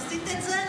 ניסית את זה?